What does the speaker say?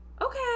Okay